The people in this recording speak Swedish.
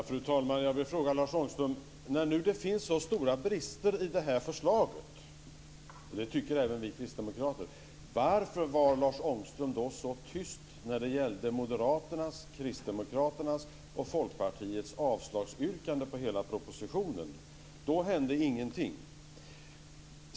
Fru talman! Jag vill fråga Lars Ångström: När det nu finns så stora brister i det här förslaget - det tycker även vi kristdemokrater - varför var Lars Ångström då så tyst när det gällde Moderaternas, Kristdemokraternas och Folkpartiets yrkande om avslag på hela propositionen? I det sammanhanget hände ingenting.